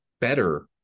better